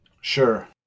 Sure